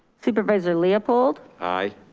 supervisor leopold. aye.